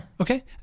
okay